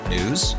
News